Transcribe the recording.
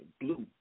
blue